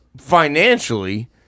financially